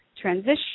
transition